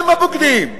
הם הבוגדים.